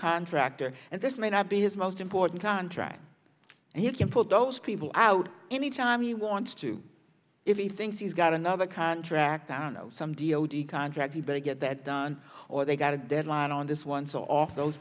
contractor and this may not be his most important contract and you can put those people out any time he wants to if he thinks he's got another contract down some d o d contract he better get that done or they've got a deadline on this one so off those